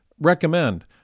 recommend